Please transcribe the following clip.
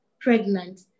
pregnant